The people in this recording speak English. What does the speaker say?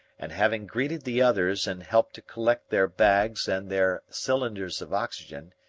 and, having greeted the others and helped to collect their bags and their cylinders of oxygen,